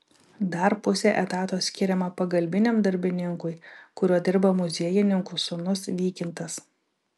dar pusė etato skiriama pagalbiniam darbininkui kuriuo dirba muziejininkų sūnus vykintas